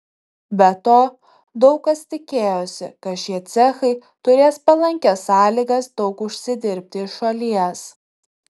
be to daug kas tikėjosi kad šie cechai turės palankias sąlygas daug užsidirbti iš šalies